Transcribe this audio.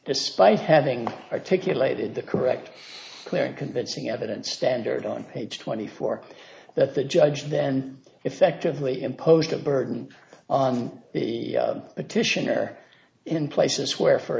despite having articulated the correct clear and convincing evidence standard on page twenty four that the judge then effectively imposed the burden on the addition there in places where for